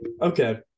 okay